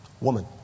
woman